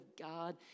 God